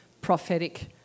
prophetic